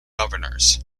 governors